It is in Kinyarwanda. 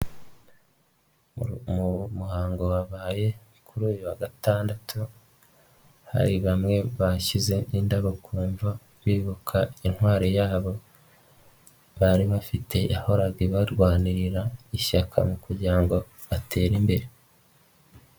Mu muhango wabaye kuri uyu wa gatandatu, hari bamwe bashyize indabo kumva, bibuka intwari yabo bari bafite, yahoraga ibarwanira ishyaka kugira ngo batere imbere.